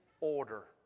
order